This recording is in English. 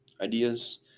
ideas